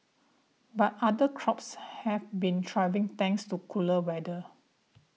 but other crops have been thriving thanks to cooler weather